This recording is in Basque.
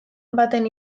baten